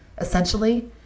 Essentially